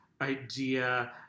idea